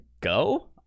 go